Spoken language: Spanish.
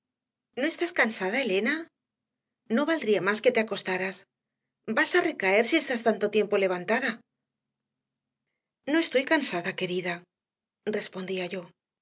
no estás cansada elena no valdría más que te acostaras vas a recaer si estás tanto tiempo levantada no estoy cansada querida respondía yo